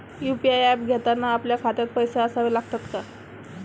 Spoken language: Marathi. यु.पी.आय ऍप घेताना आपल्या खात्यात पैसे असावे लागतात का?